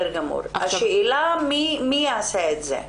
השאלה מי יעשה את זה?